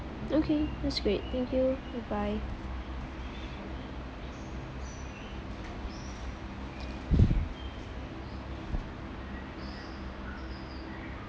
okay that's great thank you bye bye